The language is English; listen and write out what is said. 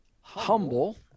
humble